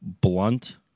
blunt